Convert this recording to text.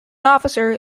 officer